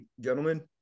gentlemen